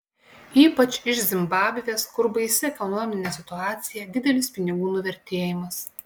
ypač iš zimbabvės kur baisi ekonominė situacija didelis pinigų nuvertėjimas